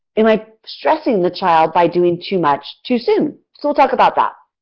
am i stressing the child by doing too much too soon? we will talk about that.